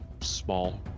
small